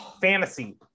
fantasy